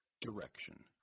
direction